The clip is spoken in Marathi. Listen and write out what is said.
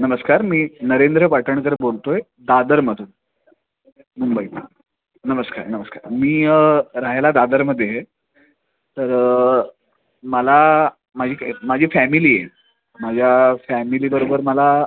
नमस्कार मी नरेंद्र पाटणकर बोलतो आहे दादरमधून मुंबई नमस्कार नमस्कार मी रहायला दादरमध्ये आहे तर मला माझी माझी फॅमिली आहे माझ्या फॅमिलीबरोबर मला